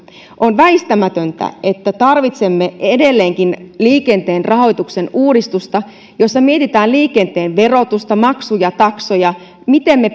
on väistämätöntä että tarvitsemme edelleenkin liikenteen rahoituksen uudistusta jossa mietitään liikenteen verotusta maksuja taksoja miten me